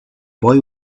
boy